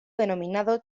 denominado